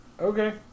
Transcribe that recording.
Okay